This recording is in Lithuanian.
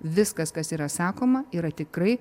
viskas kas yra sakoma yra tikrai